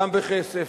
גם בכסף,